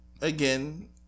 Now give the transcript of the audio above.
again